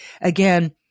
again